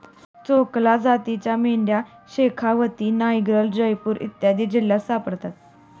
चोकला जातीच्या मेंढ्या शेखावती, नागैर, जयपूर इत्यादी जिल्ह्यांत सापडतात